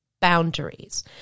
boundaries